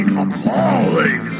appalling